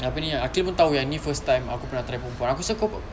apa ni aqil pun tahu yang ni first time aku pernah try perempuan aku rasa kau